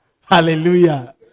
hallelujah